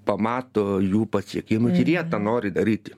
pamato jų pasiekimus ir jie tą nori daryti